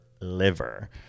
liver